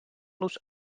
los